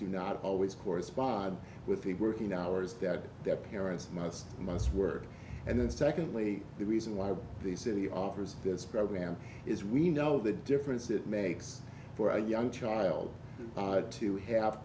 do not always correspond with the working hours that their parents must must work and then secondly the reason why the city offers this program is we know the difference it makes for a young child to ha